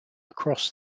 across